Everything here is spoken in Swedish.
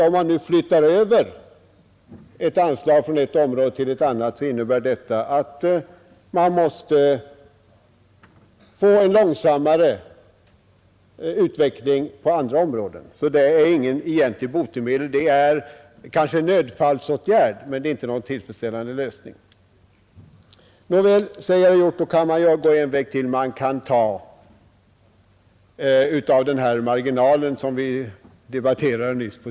Om man flyttar över anslag från ett område till ett annat får man därför en långsammare utveckling på andra områden. Det är alltså egentligen inte något botemedel — det är kanske en nödfallsåtgärd, men det är inte någon tillfredsställande lösning. Nåväl, säger herr Hjorth, då kan man gå en annan väg — man kan ta av marginalen på 10 procent, som vi debatterade nyss.